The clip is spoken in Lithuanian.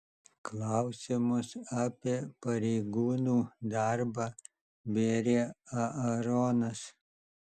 klausimus apie pareigūnų darbą bėrė aaronas